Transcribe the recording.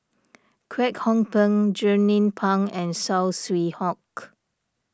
Kwek Hong Png Jernnine Pang and Saw Swee Hock